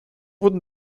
wurden